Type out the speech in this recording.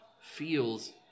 feels